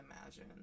imagine